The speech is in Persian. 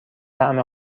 طعم